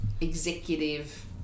executive